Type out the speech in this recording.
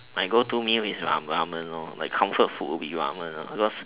my go to meal is ramen lor comfort food will be ramen because